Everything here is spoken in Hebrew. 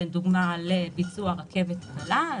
לדוגמה לביצוע רכבת קלה,